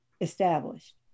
established